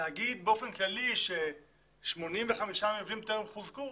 להגיד באופן כללי ש-85 מבנים טרם חוזקו,